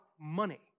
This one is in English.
money